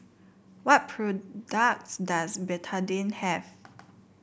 what products does Betadine have